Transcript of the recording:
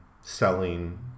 selling